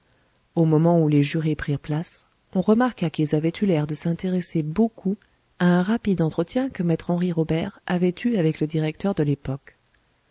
au moment où les jurés prirent place on remarqua qu'ils avaient eu l'air de s'intéresser beaucoup à un rapide entretien que me henri robert avait eu avec le directeur de l'époque